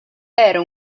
era